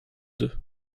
deux